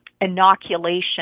inoculation